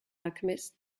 alchemist